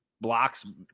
blocks